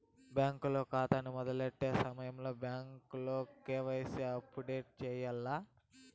bank కాతాని మొదలెట్టే సమయంలో ఆధార్ తో కేవైసీని అప్పుడేటు సెయ్యాల్ల